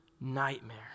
nightmare